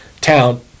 town